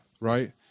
right